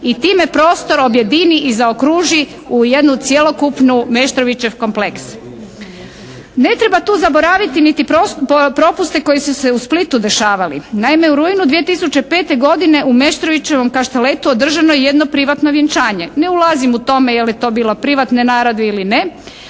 i time prostor objedini i zaokruži u jednu cjelokupnu Meštrovićev kompleks. Ne treba tu zaboraviti niti propuste koji su se u Splitu dešavali. Naime, u rujnu 2005. godine u Meštrovićevom kašteletu održano je jedno privatno vjenčanje. Ne ulazim u to je li to bilo privatne naravi ili ne,